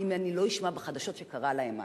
אם אני לא אשמע בחדשות שקרה להם משהו.